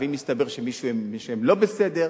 ואם יסתבר שמישהו מהם לא בסדר,